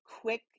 quick